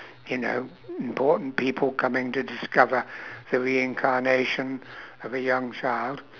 you know important people coming to discover the reincarnation of a young child